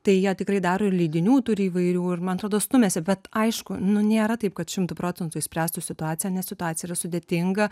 tai jie tikrai daro ir leidinių turi įvairių ir man atrodo stumiasi bet aišku nu nėra taip kad šimtu procentų išspręstų situaciją nes situacija yra sudėtinga